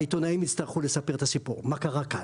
העיתונאים יצטרכו לספר את הסיפור, מה קרה כאן.